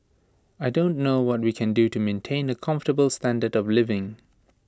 I don't know what we can do to maintain A comfortable standard of living